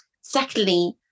secondly